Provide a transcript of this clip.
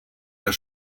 der